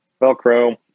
Velcro